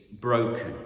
broken